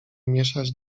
mieszać